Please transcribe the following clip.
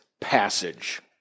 passage